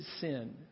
sin